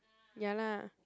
ya lah